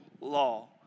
law